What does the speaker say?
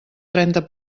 trenta